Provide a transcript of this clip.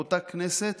באותה כנסת,